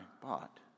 bought